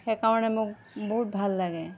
সেইকাৰণে মোক বহুত ভাল লাগে